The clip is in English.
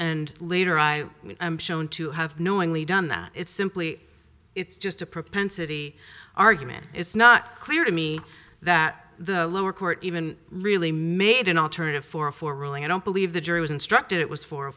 and later i am shown to have knowingly done that it's simply it's just a propensity argument it's not clear to me that the lower court even really made an alternative for a four ruling i don't believe the jury was instructed it was